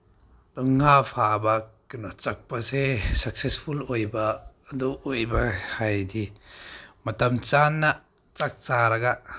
ꯉꯥ ꯐꯥꯕ ꯀꯩꯅꯣ ꯆꯠꯄꯁꯦ ꯁꯛꯁꯦꯁꯐꯨꯜ ꯑꯣꯏꯕ ꯑꯗꯨ ꯑꯣꯏꯕ ꯍꯥꯏꯗꯤ ꯃꯇꯝ ꯆꯥꯅ ꯆꯥꯛ ꯆꯥꯔꯒ